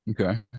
Okay